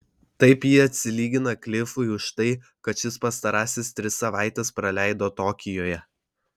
taip ji atsilygina klifui už tai kad šis pastarąsias tris savaites praleido tokijuje